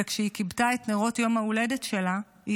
וכשהיא כיבתה את נרות יום ההולדת שלה היא